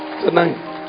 tonight